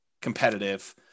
competitive